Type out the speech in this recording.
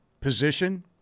Position